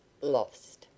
Lost